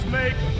make